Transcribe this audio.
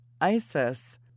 Isis